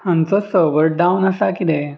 हांचो server down आसा किदें